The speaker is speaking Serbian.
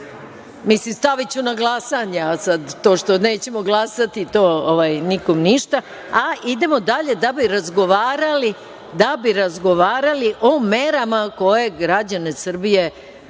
Mislim, staviću na glasanje, a to što nećemo glasati, nikom ništa. Idemo dalje, da bi razgovarali o merama koje građane Srbije